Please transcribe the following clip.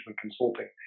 consulting